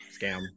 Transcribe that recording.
scam